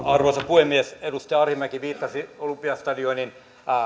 arvoisa puhemies edustaja arhinmäki viittasi olympiastadionin